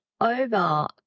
over